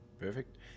perfect